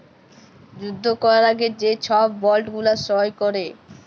যুদ্ধ ক্যরার আগে যে ছব বল্ড গুলা সই ক্যরে